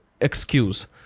excuse